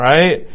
Right